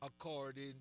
according